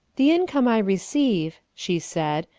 the income i receive, she said,